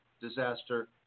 disaster